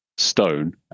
stone